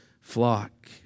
flock